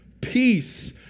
peace